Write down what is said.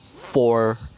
four